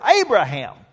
Abraham